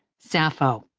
sappho.